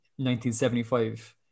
1975